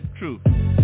true